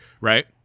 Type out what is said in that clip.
right